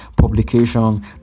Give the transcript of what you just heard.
publication